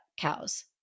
cows